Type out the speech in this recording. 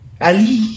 Ali